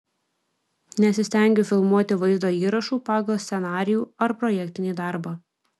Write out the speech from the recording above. nesistengiu filmuoti vaizdo įrašų pagal scenarijų ar projektinį darbą